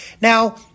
Now